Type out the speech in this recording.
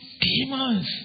demons